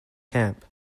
camp